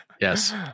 yes